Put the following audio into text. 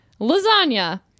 lasagna